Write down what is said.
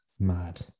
mad